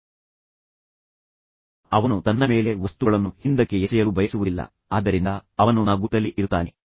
ಅವನು ಎಸೆಯುವ ಬದಲು ಅವನು ತನ್ನ ಮೇಲೆ ವಸ್ತುಗಳನ್ನು ಹಿಂದಕ್ಕೆ ಎಸೆಯಲು ಬಯಸುವುದಿಲ್ಲ ಆದ್ದರಿಂದ ಅವನು ನಗುತ್ತಲೇ ಇರುತ್ತಾನೆ